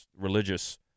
religious